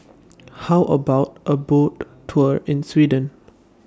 How about A Boat Tour in Sweden